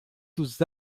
dos